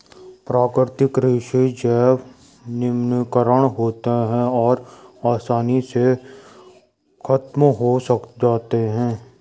प्राकृतिक रेशे जैव निम्नीकारक होते हैं और आसानी से ख़त्म हो जाते हैं